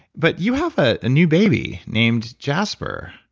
but you have a new baby named jasper,